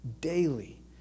daily